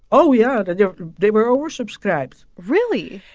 oh, yeah. and yeah they were oversubscribed really?